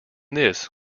this